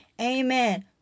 Amen